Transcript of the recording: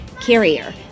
carrier